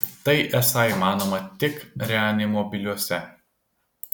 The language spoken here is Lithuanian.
tai esą įmanoma tik reanimobiliuose